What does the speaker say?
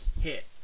hit